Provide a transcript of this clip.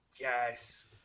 Yes